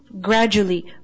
gradually